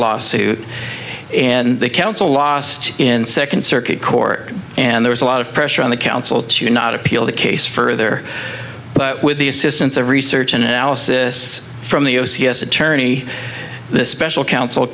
lawsuit and the council lost in second circuit court and there was a lot of pressure on the council to not appeal the case further but with the assistance of research and analysis from the o c s attorney the special coun